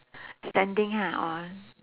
standing ha or